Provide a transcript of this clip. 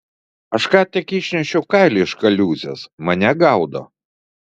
aš ką tik išnešiau kailį iš kaliūzės mane gaudo